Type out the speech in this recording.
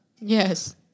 Yes